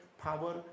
power